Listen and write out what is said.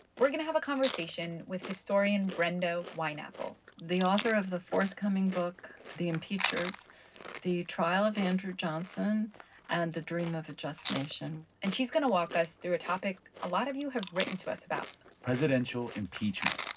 we're going to have a conversation with historian brenda wineapple the author of the forthcoming book, the impeachers the trial of andrew johnson and the dream of a just nation. and she's going to walk us through a topic a lot of you have written to us about presidential impeachment